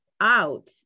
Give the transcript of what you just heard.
out